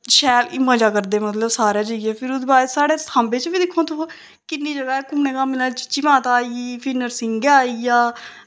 शैल मज़ा करदे मतलब सारै जाइयै फिर ओह्दे बाद च साढ़े सांबा च बी दिक्खो तुस किन्नी जगह् ऐ घूमने घामने चीची माता आई फिर नृसिंह आई गेआ